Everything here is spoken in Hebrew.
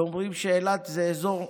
ואומרים שאילת זה אזור,